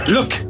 Look